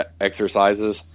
exercises